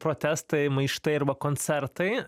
protestai maištai arba koncertai